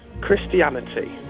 Christianity